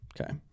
Okay